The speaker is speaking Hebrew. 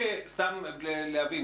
סתם להבין.